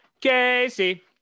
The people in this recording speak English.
Casey